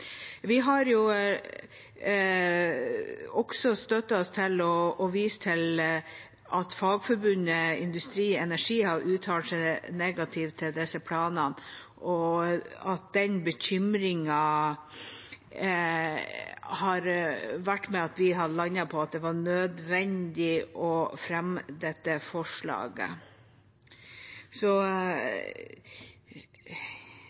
Vi har også støttet oss til og vist til at fagforbundet Industri Energi har uttalt seg negativt til disse planene, og den bekymringen har vært med på at vi har landet på at det var nødvendig å fremme dette forslaget. I dag er det egentlig bare et stort smil, og så